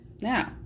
Now